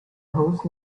host